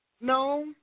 no